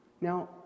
Now